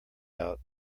out